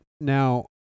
Now